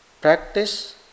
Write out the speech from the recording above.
practice